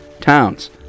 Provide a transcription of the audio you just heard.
towns